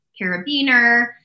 carabiner